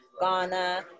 Ghana